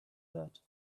that